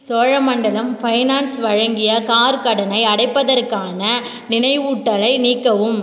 Cholamandalam finance வழங்கிய car கடனை அடைப்பதற்கான நினைவூட்டலை நீக்கவும்